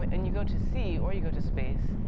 but and you go to sea, or you go to space,